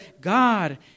God